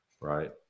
Right